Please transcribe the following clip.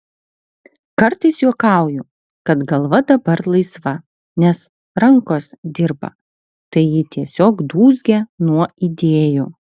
kartais juokauju kad galva dabar laisva nes rankos dirba tai ji tiesiog dūzgia nuo idėjų